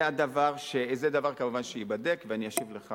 זה דבר, כמובן, שייבדק, ואני אשיב לך.